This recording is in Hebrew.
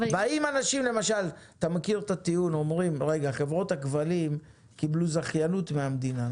אתה מכיר את הטיעון שאומר שחברות הכבלים קיבלו זכיינות מהמדינה,